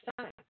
time